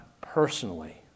personally